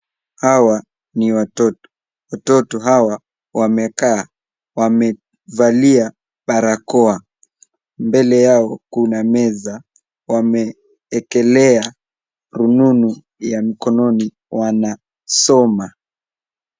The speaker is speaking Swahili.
Hawa ni watoto. Watoto hawa wamekaa. Wamevalia barakoa. Mbele yao kuna meza wamewekelea rununu ya mkononi wanasoma.